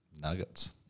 Nuggets